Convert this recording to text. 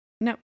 No